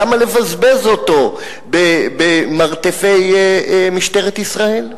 למה לבזבז אותו במרתפי משטרת ישראל?